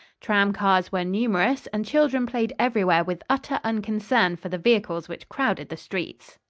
tram cars were numerous and children played everywhere with utter unconcern for the vehicles which crowded the streets.